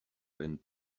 and